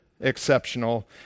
exceptional